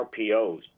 RPOs